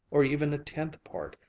or even a tenth part,